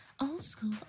old-school